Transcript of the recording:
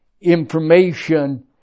information